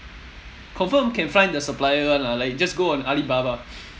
confirm can find the supplier [one] lah like just go on alibaba